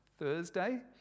Thursday